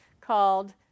called